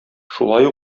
шулай